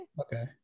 Okay